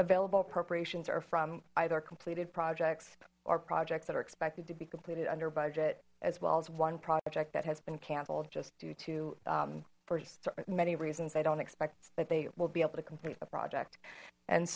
available appropriations are from either completed projects or projects that are expected to be completed under budget as well as one project that has been cancelled just due to many reasons they don't expect that they will be able to complete the project and